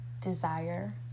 desire